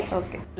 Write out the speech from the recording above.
okay